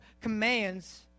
commands